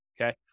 okay